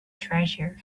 treasure